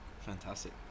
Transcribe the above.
fantastic